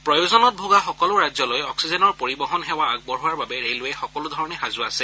প্ৰয়োজনত ভোগা সকলো ৰাজ্যলৈ অক্সিজেনৰ পৰিবহন সেৱা আগবঢ়োৱাৰ বাবে ৰেলৱে সকলো ধৰণে সাজু আছে